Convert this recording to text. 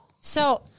So-